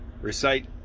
recite